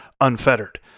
unfettered